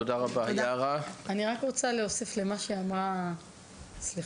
אני רק רוצה להוסיף למה שאמרה סיגל,